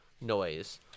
noise